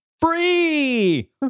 Free